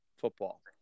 football